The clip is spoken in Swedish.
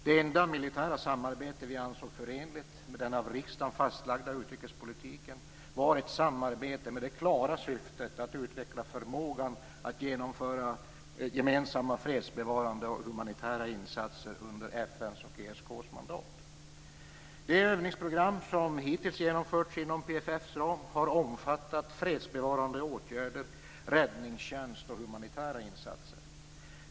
Det enda militära samarbete vi ansåg förenligt med den av riksdagen fastlagda utrikespolitiken var ett samarbete med det klara syftet att utveckla förmågan att genomföra gemensamma fredsbevarande och humanitära insatser under FN:s och ESK:s mandat. Det övningsprogram som hittills genomförts inom PFF:s ram har omfattat fredsbevarande åtgärder, räddningstjänst och humanitära insatser.